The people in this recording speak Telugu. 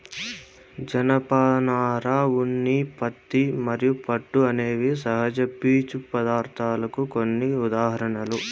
జనపనార, ఉన్ని, పత్తి మరియు పట్టు అనేవి సహజ పీచు పదార్ధాలకు కొన్ని ఉదాహరణలు